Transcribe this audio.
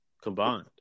Combined